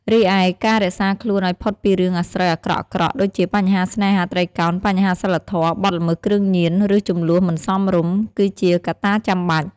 រីឯ ការរក្សាខ្លួនឱ្យផុតពីរឿងអាស្រូវអាក្រក់ៗ ដូចជាបញ្ហាស្នេហាត្រីកោណ បញ្ហាសីលធម៌ បទល្មើសគ្រឿងញៀន ឬជម្លោះមិនសមរម្យ គឺជាកត្តាចាំបាច់។